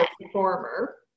performer